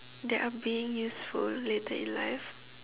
that are being useful later in life